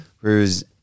Whereas